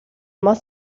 más